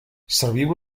serviu